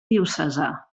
diocesà